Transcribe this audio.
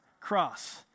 Cross